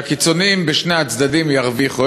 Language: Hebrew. שהקיצונים בשני הצדדים ירוויחו.